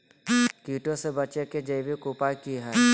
कीटों से बचे के जैविक उपाय की हैय?